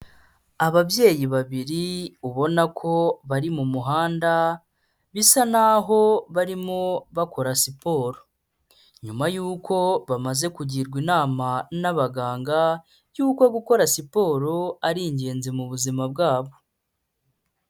Ababyeyi babiri ubona ko bari mu muhanda, bisa n'aho barimo bakora siporo. Inyuma y'uko bamaze kugirwa inama n'abaganga yuko gukora siporo ari ingenzi mu buzima bwabo.